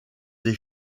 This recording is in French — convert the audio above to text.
des